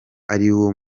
ariwo